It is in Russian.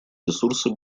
ресурсы